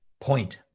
point